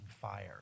fire